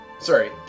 sorry